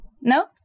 No